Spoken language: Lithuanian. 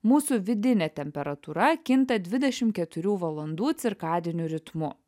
mūsų vidinė temperatūra kinta dvidešimt keturių valandų cirkadiniu ritmu